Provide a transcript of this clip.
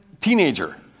teenager